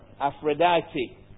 Aphrodite